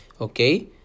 okay